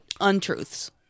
untruths